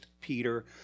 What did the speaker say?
Peter